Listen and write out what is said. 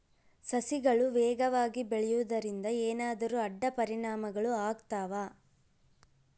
ಸಸಿಗಳು ವೇಗವಾಗಿ ಬೆಳೆಯುವದರಿಂದ ಏನಾದರೂ ಅಡ್ಡ ಪರಿಣಾಮಗಳು ಆಗ್ತವಾ?